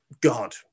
God